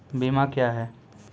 बीमा क्या हैं?